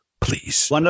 Please